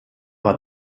war